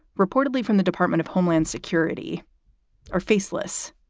reportedly from the department of homeland security are faceless,